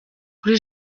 kuri